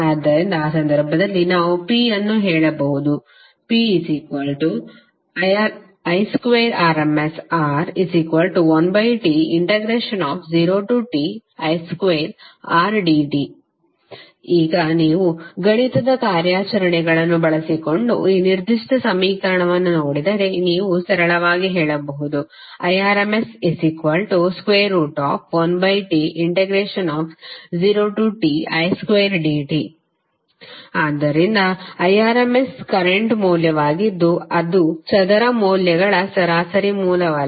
ಆದ್ದರಿಂದ ಆ ಸಂದರ್ಭದಲ್ಲಿ ನಾವು P ಅನ್ನು ಹೇಳಬಹುದು PIrms2R1T0Ti2Rdt ಈಗ ನೀವು ಗಣಿತದ ಕಾರ್ಯಾಚರಣೆಗಳನ್ನು ಬಳಸಿಕೊಂಡು ಈ ನಿರ್ದಿಷ್ಟ ಸಮೀಕರಣವನ್ನು ನೋಡಿದರೆ ನೀವು ಸರಳವಾಗಿ ಹೇಳಬಹುದು Irms1T0Ti2dt ಆದ್ದರಿಂದ Irms ಕರೆಂಟ್ ಮೌಲ್ಯವಾಗಿದ್ದು ಅದು ಚದರ ಮೌಲ್ಯಗಳ ಸರಾಸರಿ ಮೂಲವಲ್ಲ